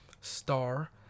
star